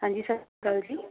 ਹਾਂਜੀ ਸਤਿ ਸ਼੍ਰੀ ਅਕਾਲ ਜੀ